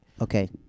Okay